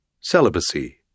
celibacy